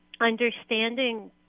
understanding